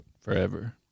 forever